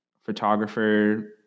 photographer